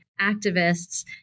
activists